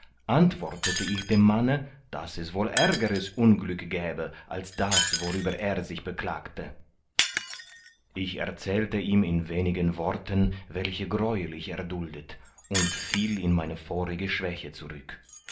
antwortete ich dem manne daß es wohl ärgeres unglück gäbe als das worüber er sich beklagte ich erzählte ihm in wenigen worten welche gräuel ich erduldet und fiel in meine vorige schwäche zurück